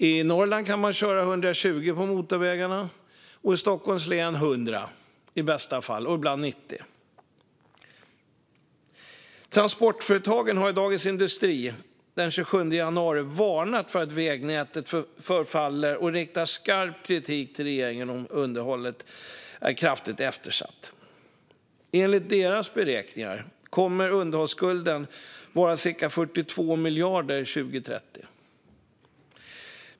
I Norrland kan man köra 120 på motorvägarna - i Stockholms län i bästa fall 100, ibland 90. Transportföretagen varnade i Dagens industri den 27 januari för att vägnätet förfaller och riktade skarp kritik mot regeringen för det kraftigt eftersatta underhållet. Enligt deras beräkningar kommer underhållsskulden att vara cirka 42 miljarder 2030.